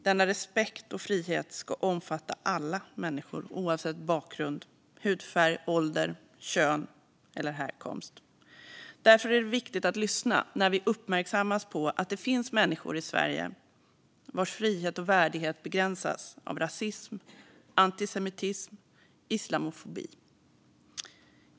Denna respekt och frihet ska omfatta alla människor oavsett bakgrund, hudfärg, ålder, kön eller härkomst. Därför är det viktigt att lyssna när vi uppmärksammas på att det finns människor i Sverige vars frihet och värdighet begränsas av rasism, antisemitism och islamofobi.